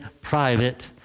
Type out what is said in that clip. private